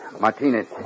Martinez